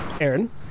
Aaron